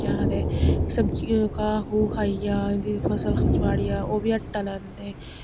केह् आखदे सब्ज़ी घाह् घु खाई जा उं'दी फसल जुआड़ी जां ओह् बी आटा लैंदे